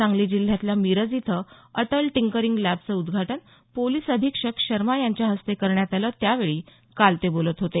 सांगली जिल्ह्यातल्या मिरज इथं अटल टिंकरिंग लॅबच उद्घाटन पोलीस अधीक्षक शर्मा यांच्या हस्ते करण्यात आलं त्या वेळी काल बोलत होते